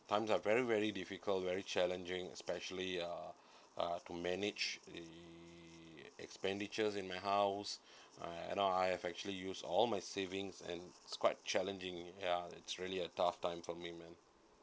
times are very very difficult very challenging especially uh uh to manage the expenditures in my house uh you know I have actually use all my savings and it's quite challenging ya that's really a tough times for me lah